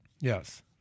Yes